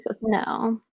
No